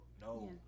No